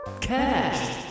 cash